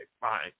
fine